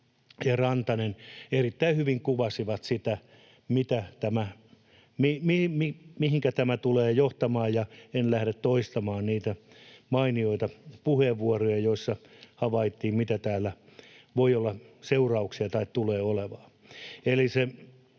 ja Rantanen erittäin hyvin kuvasivat, mihinkä tämä tulee johtamaan, ja en lähde toistamaan niitä mainioita puheenvuoroja, joissa havaittiin, mitä tällä voi olla tai tulee olemaan